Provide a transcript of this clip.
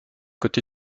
côté